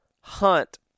hunt